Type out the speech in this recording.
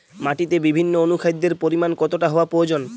মাটিতে বিভিন্ন অনুখাদ্যের পরিমাণ কতটা হওয়া প্রয়োজন?